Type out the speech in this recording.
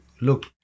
look